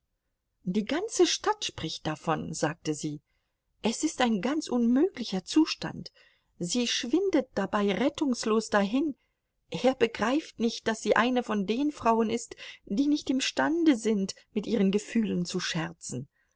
die ganze stadt spricht davon sagte sie es ist ein ganz unmöglicher zustand sie schwindet dabei rettungslos dahin er begreift nicht daß sie eine von den frauen ist die nicht imstande sind mit ihren gefühlen zu scherzen